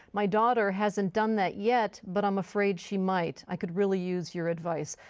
my daughter hasn't done that yet but i'm afraid she might. i could really use your advice.